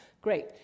Great